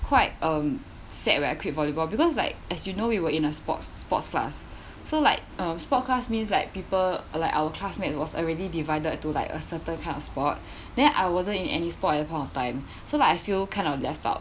quite um sad when I quit volleyball because like as you know we were in a sports sports class so like sport class means like people like our classmate was already divided to like a certain kind of sport then I wasn't in any at the point of time so like I feel kind of left out